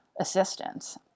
assistance